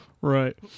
right